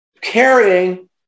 carrying